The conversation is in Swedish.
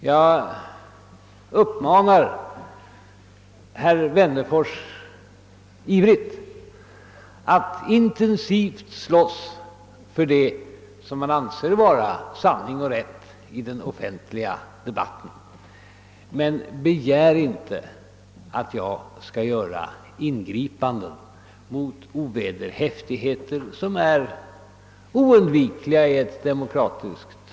Jag uppmanar herr Wennerfors att intensivt slåss för det han anser vara sanning och rätt i den offentliga debatten. Men begär inte att jag skall göra ingripanden mot ovederhäftigheter som är oundvikliga i ett demokratiskt samhälle.